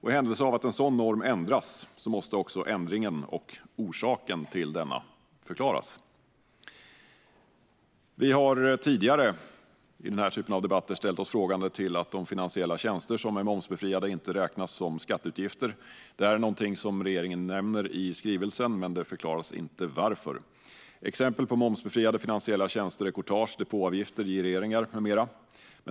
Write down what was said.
I händelse av att en sådan norm ändras måste också ändringen och orsaken till denna förklaras. Vi sverigedemokrater har tidigare i den här typen av debatter ställt oss frågande till att de finansiella tjänster som är momsbefriade inte räknas som skatteutgifter. Det är något som regeringen nämner i skrivelsen, men det förklaras inte varför. Exempel på momsbefriade finansiella tjänster är courtage, depåavgifter, gireringar med mera.